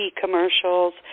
commercials